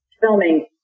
filming